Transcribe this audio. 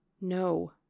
No